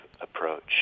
approach